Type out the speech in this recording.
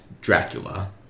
Dracula